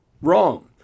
Wrong